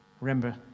Remember